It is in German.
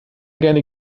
gerne